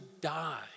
die